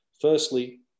Firstly